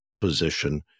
position